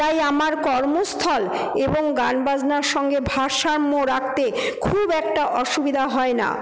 তাই আমার কর্মস্থল এবং গানবাজনার সঙ্গে ভারসাম্য রাখতে খুব একটা অসুবিধা হয় না